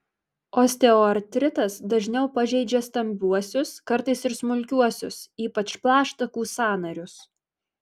osteoartritas dažniau pažeidžia stambiuosius kartais ir smulkiuosius ypač plaštakų sąnarius